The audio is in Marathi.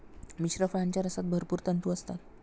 मिश्र फळांच्या रसात भरपूर तंतू असतात